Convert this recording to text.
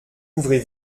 ouvrez